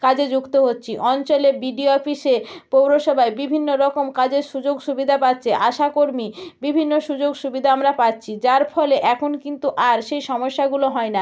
কাজে যুক্ত হচ্ছি অঞ্চলে বিডিও অফিসে পৌরসভায় বিভিন্ন রকম কাজের সুযোগ সুবিধা পাচ্ছি আশাকর্মী বিভিন্ন সুযোগ সুবিধা আমরা পাচ্ছি যার ফলে এখন কিন্তু আর সেই সমস্যাগুলো হয় না